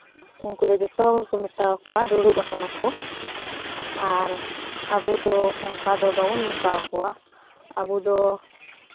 ᱩᱱᱠᱩ ᱫᱚ ᱡᱚᱛᱚ ᱜᱮᱠᱚ ᱢᱮᱛᱟᱣ ᱠᱚᱣᱟ ᱫᱩᱲᱩᱵ ᱟᱠᱟᱱᱟ ᱠᱚ ᱟᱨ ᱟᱵᱚ ᱫᱚ ᱚᱱᱠᱟ ᱫᱚ ᱵᱟᱵᱚᱱ ᱢᱮᱛᱟ ᱠᱚᱣᱟ ᱟᱵᱚ ᱫᱚ